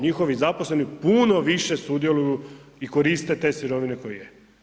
Njihovi zaposleni puno više sudjeluju i koriste te sirovine koje je.